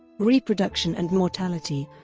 reproduction and mortality